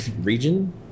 region